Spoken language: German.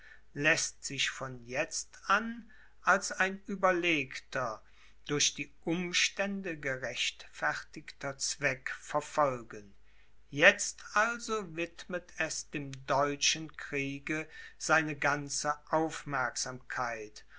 läßt sich von jetzt an als ein überlegter durch die umstände gerechtfertigter zweck verfolgen jetzt also widmet es dem deutschen kriege seine ganze aufmerksamkeit